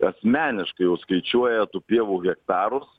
asmeniškai jau skaičiuoja tų pievų hektarus